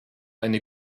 eine